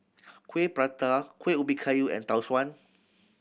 kuih prata Kuih Ubi Kayu and Tau Suan